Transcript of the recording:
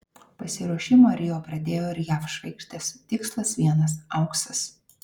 pasiruošimą rio pradėjo ir jav žvaigždės tikslas vienas auksas